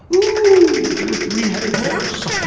ooo, you drew a three-headed horse.